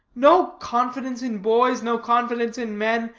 no confidence in boys, no confidence in men,